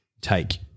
take